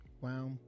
Wow